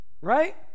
Right